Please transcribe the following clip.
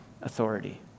authority